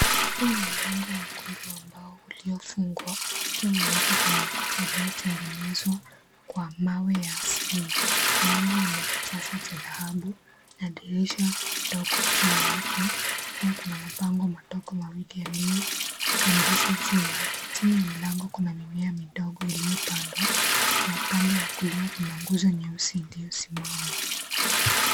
Huu ni mlango mwekundu wa mbao uliofungwa ukiwa umewekwa kwenye ukuta uliotengeneza kwa mawe ya asili . Mlango una kitasa cha dhahabu na dirisha ndogo juu yake na pia kuna mabango madogo mawili yaliyopandishwa juu yake . Chini ya mlango kuna mimea midogo iliyopandwa na upande wa kulia kuna nguzo nyeusi iliyosimama.